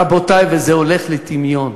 רבותי, וזה הולך לטמיון.